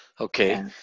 Okay